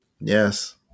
Yes